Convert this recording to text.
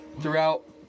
throughout